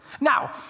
now